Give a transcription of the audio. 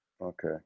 Okay